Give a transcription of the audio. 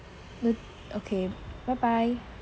o~ okay bye bye